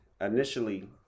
initially